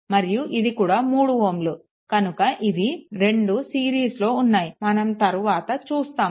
మరియు ఇది కూడా 3Ω కనుక ఇవి రెండు సిరీస్లో ఉన్నాయి మనం తరువాత చూస్తాము